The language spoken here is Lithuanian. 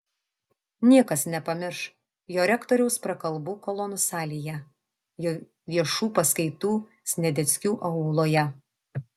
niekas nepamirš jo rektoriaus prakalbų kolonų salėje jo viešų paskaitų sniadeckių auloje